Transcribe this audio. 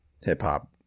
hip-hop